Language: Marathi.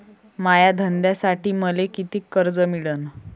माया धंद्यासाठी मले कितीक कर्ज मिळनं?